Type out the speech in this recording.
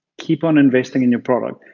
keep on investing in your product.